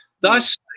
Thus